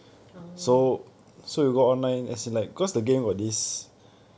oh